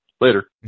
Later